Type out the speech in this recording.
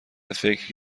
فکر